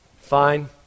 Fine